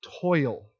toil